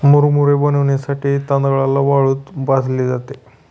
मुरमुरे बनविण्यासाठी तांदळाला वाळूत भाजले जाते